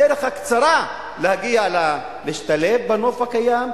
הדרך הקצרה להשתלב בנוף הקיים,